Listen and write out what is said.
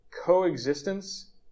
coexistence